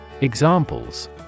Examples